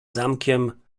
zamkiem